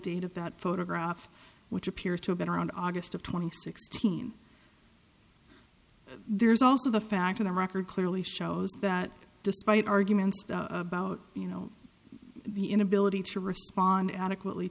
of that photograph which appears to have been around august of two thousand and sixteen there's also the fact of the record clearly shows that despite arguments about you know the inability to respond adequately